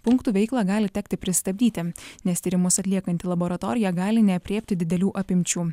punktų veiklą gali tekti pristabdyti nes tyrimus atliekanti laboratorija gali neaprėpti didelių apimčių